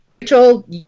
Rachel